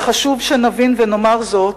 וחשוב שנבין ונאמר זאת,